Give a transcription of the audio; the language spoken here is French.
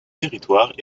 territoires